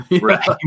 Right